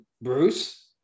Bruce